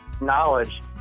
knowledge